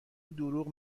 دروغ